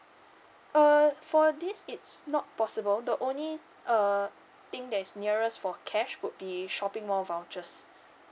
uh for this it's not possible the only uh thing that is nearest for cash would be shopping mall vouchers